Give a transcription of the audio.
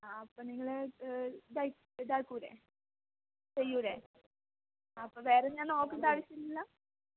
ആ അപ്പോള് നിങ്ങള് ഇതാക്കില്ലെ ചെയ്യില്ലെ അപ്പോള് വേറെ ഞാൻ നോക്കേണ്ട ആവശ്യമില്ലല്ലോ